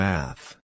Math